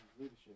leadership